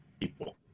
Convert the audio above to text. people